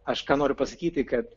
aš ką noriu pasakyti kad